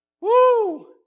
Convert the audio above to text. Woo